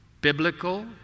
biblical